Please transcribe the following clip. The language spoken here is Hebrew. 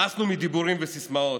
מאסנו בדיבורים וסיסמאות.